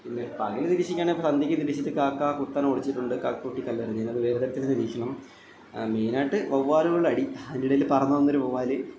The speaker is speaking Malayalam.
പിന്നെ പകല് നിരീക്ഷിക്കുകയാണേൽ സന്ധ്യക്ക് നിരീക്ഷിച്ച് കാക്ക കുത്തനെ ഒടിച്ചിട്ടുണ്ട് കാക്ക കൂട്ടിൽ കല്ലെറിഞ്ഞിട്ട് അത് വേറെത്തന്നെ നിരീക്ഷണം മെയിനായിട്ട് വവ്വാലുകളുടെ അടി അതിൻ്റെ ഇടയിൽ പറന്നു വന്നൊരു വവ്വാല്